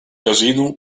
casino